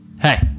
hey